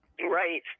Right